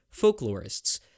folklorists